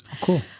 cool